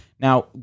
Now